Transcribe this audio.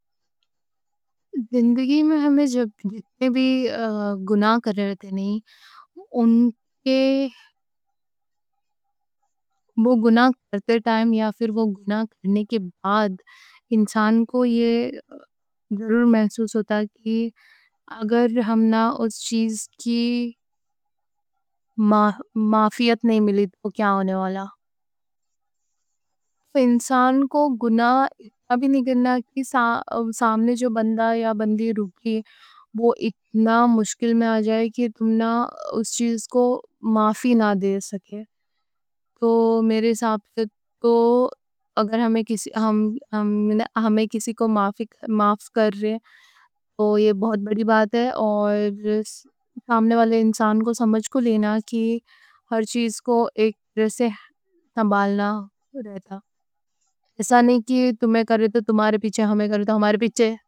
زندگی میں ہمیں جب جتنے بھی گناہ کر رہے تھے، نہیں، ان کے وہ گناہ۔ کرتے ٹائم یا پھر وہ گناہ کرنے کے بعد انسان کو یہ ضرور محسوس ہوتا کہ اگر ہم نا اس چیز کی۔ معافیت نہیں ملی تو کیا ہونے والا انسان کو گناہ اتنا بھی نہیں کرنا کہ سامنے جو بندہ یا بندی روکی وہ اتنا مشکل میں آ جائے کہ تم نا اس چیز کو معافی نا دے سکے۔ اگر ہمیں کسی کو معاف کر رہے ہیں تو یہ بہت بڑی بات ہے اور سامنے والے انسان کو سمجھ کو لینا۔ کہ ہر چیز کو ایک ریسے سنبھالنا رہتا، ایسا نہیں کہ تمہیں کر رہے تھے تمہارے پیچھے، ہمیں کر رہے تھے ہمارے پیچھے۔